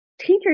teachers